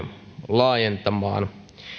laajentamaan meidän